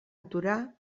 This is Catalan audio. aturar